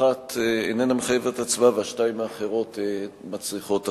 אחת איננה מחייבת הצבעה והשתיים האחרות מצריכות הצבעה.